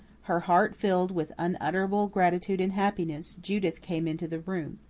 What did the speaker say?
her heart filled with unutterable gratitude and happiness, judith came into the room.